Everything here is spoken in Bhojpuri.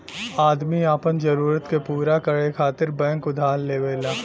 आदमी आपन जरूरत के पूरा करे खातिर बैंक उधार लेवला